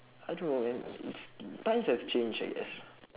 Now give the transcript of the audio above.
I don't know man it's times have changed I guess